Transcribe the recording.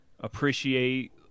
appreciate